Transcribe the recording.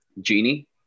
Genie